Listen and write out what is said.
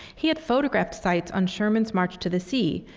he had photographed sites on sherman's march to the sea,